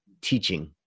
teaching